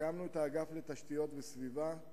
הקמנו את האגף לתשתיות וסביבה,